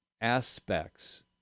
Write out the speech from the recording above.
aspects